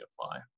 apply